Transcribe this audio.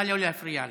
נא לא להפריע לה.